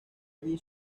allí